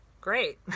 great